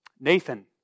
Nathan